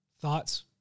thoughts